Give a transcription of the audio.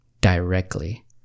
directly